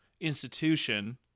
institution